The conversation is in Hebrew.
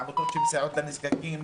לעמותות שמסייעות לנזקקים,